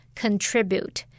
contribute